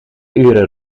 uren